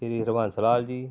ਸ਼੍ਰੀ ਹਰਬੰਸ ਲਾਲ ਜੀ